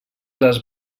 les